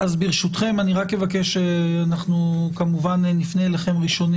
אז אנחנו כמובן נפנה אליכם ראשונים